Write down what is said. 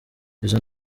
izo